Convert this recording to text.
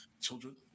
children